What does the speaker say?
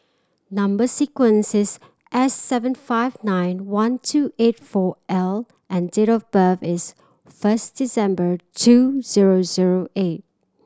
number sequence is S seven five nine one two eight four L and date of birth is first December two zero zero eight